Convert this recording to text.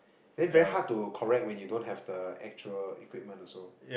then very hard to correct when you don't have the actual equipment also